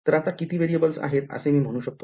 तर आता किती variables आहेत असे मी म्हणू शकतो